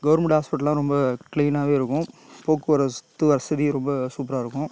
government ஹாஸ்பிட்டல்லாம் ரொம்ப கிளீனாகவே இருக்கும் போக்குவரத்து வசதி ரொம்ப சூப்பராக இருக்கும்